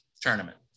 tournament